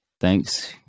thanks